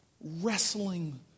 wrestling